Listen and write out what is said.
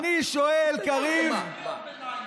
לך לציונה, תשתה קפה, אם קשה לך לשמוע.